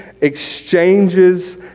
exchanges